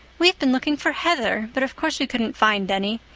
we've been looking for heather but, of course, we couldn't find any.